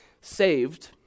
saved